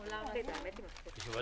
הישיבה ננעלה בשעה 12:26.